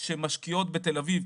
שמשקיעות בתל אביב,